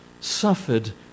suffered